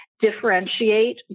differentiate